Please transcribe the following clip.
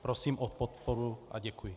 Prosím o podporu a děkuji.